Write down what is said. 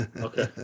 Okay